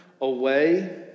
away